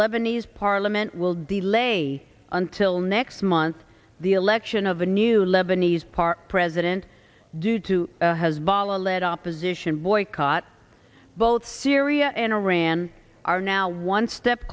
lebanese parliament will delay until next month the election of a new lebanese part president due to hezbollah led opposition boycott both syria and iran are now one step